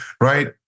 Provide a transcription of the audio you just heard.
right